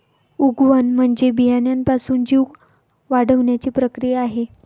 उगवण म्हणजे बियाण्यापासून जीव वाढण्याची प्रक्रिया आहे